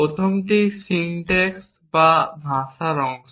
প্রথমটি সিনট্যাক্স বা ভাষার অংশ